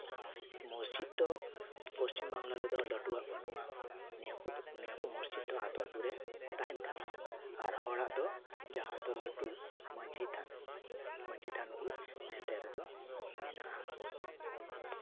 ᱢᱚᱥᱡᱤᱫᱽ ᱫᱚ ᱯᱚᱥᱪᱤᱢ ᱵᱟᱝᱞᱟ ᱨᱮᱫᱚ ᱞᱟᱹᱴᱩᱣᱟᱜ ᱵᱟᱹᱱᱩᱜᱼᱟ ᱱᱤᱭᱟᱹ ᱠᱚᱫᱚ ᱱᱤᱭᱟᱹ ᱠᱚ ᱢᱚᱥᱡᱤᱫᱽ ᱫᱚ ᱟᱹᱛᱩ ᱟᱹᱛᱩ ᱨᱮ ᱛᱟᱦᱮᱱ ᱠᱟᱱᱟ ᱟᱨ ᱦᱚᱲᱟᱜ ᱫᱚ ᱡᱟᱦᱟᱸ ᱫᱚ ᱞᱟᱹᱴᱩ ᱢᱟᱹᱡᱷᱤ ᱛᱷᱟᱱ ᱢᱟᱹᱡᱷᱤ ᱛᱷᱟᱱ ᱜᱮ ᱱᱚᱛᱮ ᱨᱮᱫᱚ ᱢᱮᱱᱟᱜᱼᱟ